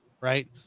right